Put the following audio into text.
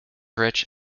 rich